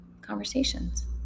conversations